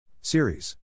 Series